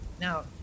Now